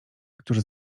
którzy